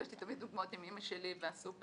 יש לי דוגמאות תמיד עם אמא שלי והסופר,